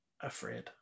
afraid